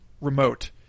remote